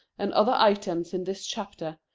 and other items in this chapter,